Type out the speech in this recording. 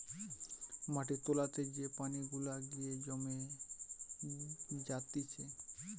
মাটির তোলাতে যে পানি গুলা গিয়ে জমে জাতিছে